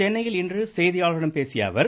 சென்னையில் இன்று செய்தியாளர்களிடம் பேசிய அவர்